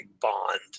bond